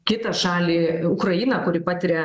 kitą šalį ukrainą kuri patiria